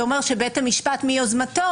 שאומר ש-"בית המשפט מיוזמתו,